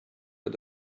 had